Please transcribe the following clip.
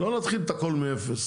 לא נתחיל את הכל מאפס.